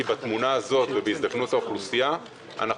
כי בתמונה הזו ובהזדקנות האוכלוסייה אנחנו